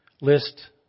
list